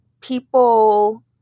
people